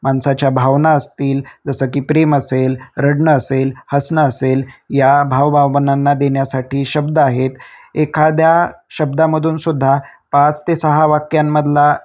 माणसाच्या भावना असतील जसं की प्रेम असेल रडणं असेल हसणं असेल या भावभवनांना देण्यासाठी शब्द आहेत एखाद्या शब्दामधून सुद्धा पाच ते सहा वाक्यांमधला